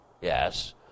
Yes